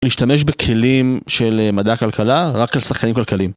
להשתמש בכלים של מדעי הכלכלה, רק לשחקנים כלכליים.